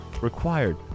required